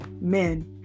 men